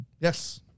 Yes